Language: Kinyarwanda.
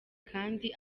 kandi